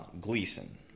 Gleason